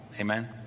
Amen